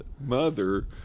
mother